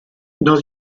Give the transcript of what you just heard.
dans